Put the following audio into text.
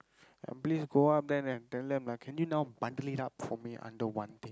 and please go up then and tell them can you now bundle it up for me under one thing